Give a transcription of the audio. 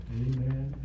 amen